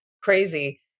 crazy